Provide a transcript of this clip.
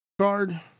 card